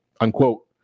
unquote